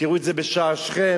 תראו את זה בשער שכם.